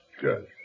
Good